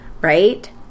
Right